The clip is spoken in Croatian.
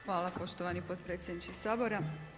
Hvala poštovani potpredsjedniče Sabora.